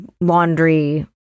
laundry